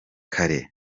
kare